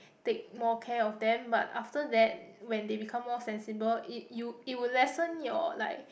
take more care of them but after that when they become more sensible it you it will lessen your like